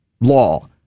law